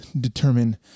determine